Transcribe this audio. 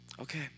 Okay